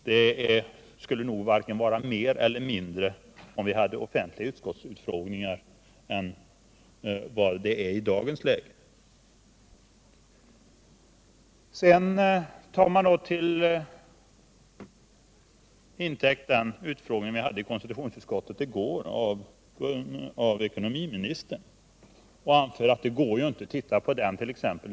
Det skulle nog varken bli mer eller mindre om vi hade offentliga utfrågningar än vad det är i dag. Den utfrågning vi hade i konstitutionsutskottet i går av ekonomiministern tar man till intäkt för att offentlighet inte är möjlig. Man säger: Titta på den utfrågningen!